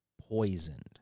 poisoned